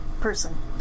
person